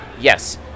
yes